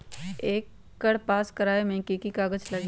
एकर पास करवावे मे की की कागज लगी?